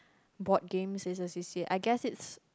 board games is a C_C_A I guess its